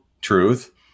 truth